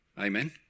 Amen